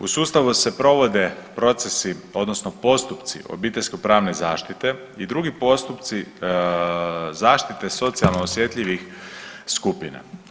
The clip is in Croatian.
U sustavu se provode procesi odnosno postupci obiteljsko pravne zaštite i drugi postupci zaštite socijalno osjetljivih skupina.